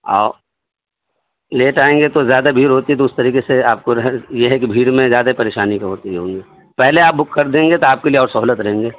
اور لیٹ آئیں گے تو زیادہ بھیر ہوتی ہے تو اس طریقے سے آپ کو یہ ہے کہ بھیڑ میں زیادہ پریشانی پہلے آپ بک کر دیں گے تو آپ کے لیے اور سہولت رہیں گے